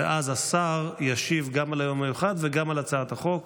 ואז השר ישיב גם על היום המיוחד וגם על הצעת החוק,